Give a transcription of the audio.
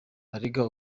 arega